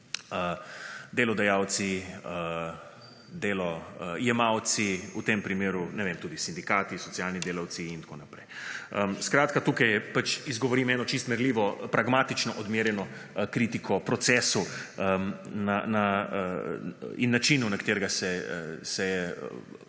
delodajalci, delojemalci, v tem primeru tudi sindikati, socialni delavci in ta ko naprej. Skratka, tukaj je, pač, izgovorim eno čisto merljivo pragmatično odmerjeno kritiko procesu in načinu, na katerega se